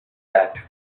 that